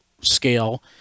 scale